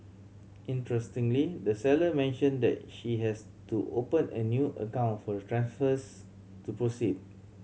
interestingly the seller mentioned that she has to open a new account for the transfers to proceed